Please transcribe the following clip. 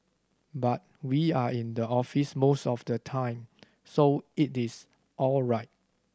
but we are in the office most of the time so it is all right